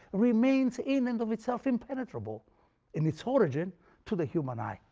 remains in and of itself impenetrable in its origin to the human eye.